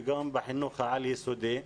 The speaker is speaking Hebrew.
וגם בחינוך העל-יסודי,